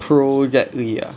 project we ah